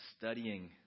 studying